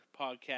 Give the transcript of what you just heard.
podcast